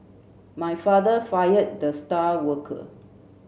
my father fired the star worker